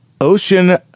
Ocean